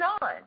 on